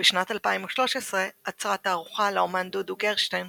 ובשנת 2013 אצרה תערוכה לאמן דודו גרשטיין